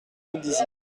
houldizy